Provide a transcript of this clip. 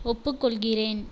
ஒப்புக்கொள்கிறேன்